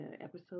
episode